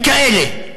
הן כאלה,